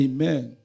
Amen